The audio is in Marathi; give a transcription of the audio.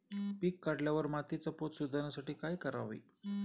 पीक काढल्यावर मातीचा पोत सुधारण्यासाठी काय करावे?